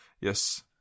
Yes